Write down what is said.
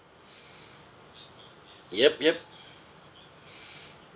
yup yup